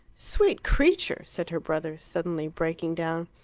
sweet creature! said her brother, suddenly breaking down.